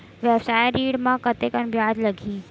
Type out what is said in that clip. व्यवसाय ऋण म कतेकन ब्याज लगही?